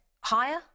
higher